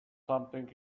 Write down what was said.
something